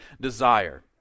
desire